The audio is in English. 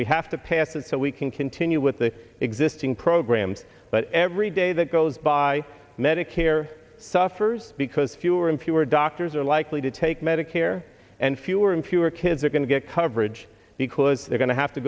we have to pass it so we can continue with the existing programs but every day that goes by medicare suffers because fewer and fewer doctors are likely to take medicare and fewer and fewer kids are going to get coverage because they're going to have to